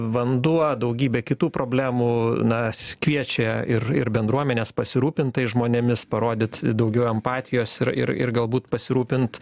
vanduo daugybę kitų problemų na kviečia ir ir bendruomenes pasirūpint tais žmonėmis parodyt daugiau empatijos ir ir ir galbūt pasirūpint